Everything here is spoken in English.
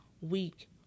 week